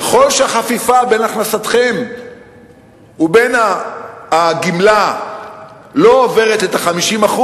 ככל שהחפיפה בין הכנסתכם ובין הגמלה לא עוברת את ה-50%,